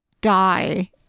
die